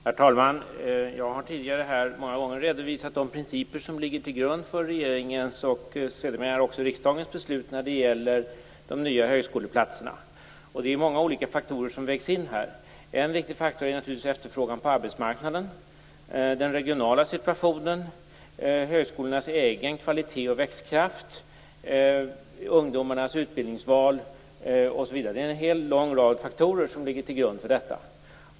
Herr talman! Jag har tidigare här många gånger redovisat de principer som ligger till grund för regeringens och sedermera också riksdagens beslut när det gäller de nya högskoleplatserna. Det är många olika faktorer som vägs in här. Några viktiga frågor är naturligtvis efterfrågan på arbetsmarknaden, den regionala situationen, högskolornas egen kvalitet och växtkraft, ungdomarnas utbildningsval osv. Det är en lång rad faktorer som ligger till grund för detta.